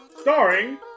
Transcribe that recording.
Starring